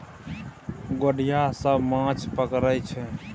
गोढ़िया सब माछ पकरई छै